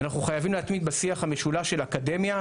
אנחנו חייבים להתמיד בשיח המשולש של אקדמיה,